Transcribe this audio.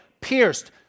pierced